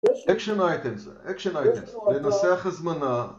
אקשן אייטמס, אקשן אייטמס, לנסח הזמנה